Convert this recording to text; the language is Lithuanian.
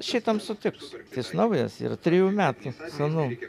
šitam sutiks šis naujas ir trijų metų senumo